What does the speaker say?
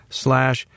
slash